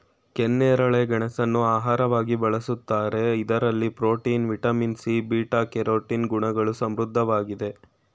ಕೆನ್ನೇರಳೆ ಗೆಣಸನ್ನು ಆಹಾರವಾಗಿ ಬಳ್ಸತ್ತರೆ ಇದರಲ್ಲಿ protein, vitamin C, beta carotene ಗುಣಗಳು ಸಮೃದ್ಧವಾಗಿದೆ